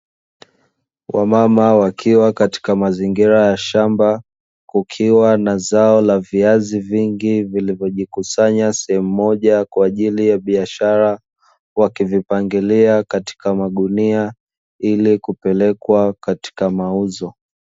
Wamama wakiwa katika mazingira ya shamba, kukiwa na zao la viazi vingi, vilivyojikusanya sehemu moja kwa ajili ya biashara, wakivipangilia katika magunia, ili kupelekwa katika mauzo .